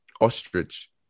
Ostrich